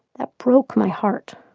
that broke my heart